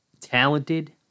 talented